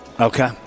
Okay